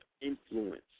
influence